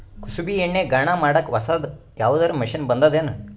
ಕುಸುಬಿ ಎಣ್ಣೆ ಗಾಣಾ ಮಾಡಕ್ಕೆ ಹೊಸಾದ ಯಾವುದರ ಮಷಿನ್ ಬಂದದೆನು?